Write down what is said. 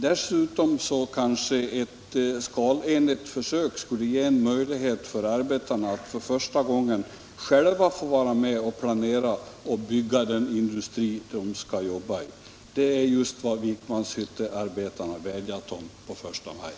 Dessutom kanske ett skalenligt försök skulle ge möjlighet för arbetarna att för första gången få vara med om att planera och bygga den industri de skall jobba i. Det är just vad Vikmanshyttearbetarna vädjat om på första maj.